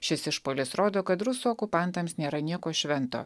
šis išpuolis rodo kad rusų okupantams nėra nieko švento